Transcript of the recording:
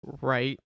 Right